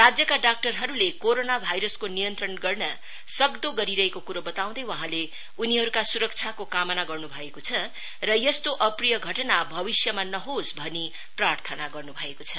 राज्यका डाक्टरहरुले कोरोना भाइरसको नियन्त्रण गर्न सक्दो गरिरहेको कुरो बताउँदै वहाँले उनीहरुका सुरक्षाको कामना गर्नु भएको छ र यस्तो अप्रिय घटना भविश्यमा नहोस् भनी प्रार्थना गर्नु भएको छ